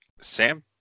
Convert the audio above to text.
Sam